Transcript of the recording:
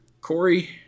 Corey